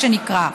מה שנקרא,